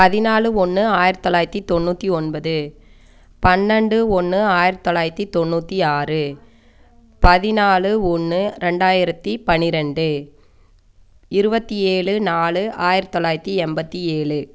பதினாலு ஒன்று ஆயிரத்தி தொள்ளாயிரத்து தொண்ணூற்றி ஒம்பது பன்னெண்டு ஒன்று ஆயிரத்தி தொள்ளாயிரத்து தொண்ணூற்றி ஆறு பதினாலு ஒன்று ரெண்டாயிரத்தி பனிரெண்டு இருபத்தி ஏழு நாலு ஆயிரத்தி தொள்ளாயிரத்து எண்பத்தி ஏழு